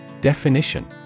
Definition